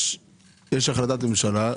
יש החלטת ממשלה.